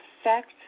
effect